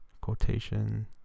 quotation